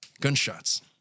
gunshots